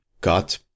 got